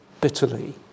bitterly